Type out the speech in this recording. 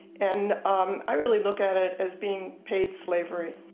and i realy look at it as being paid slavery.